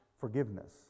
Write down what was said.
forgiveness